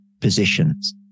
positions